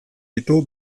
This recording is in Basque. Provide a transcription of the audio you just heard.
ditu